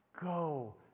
go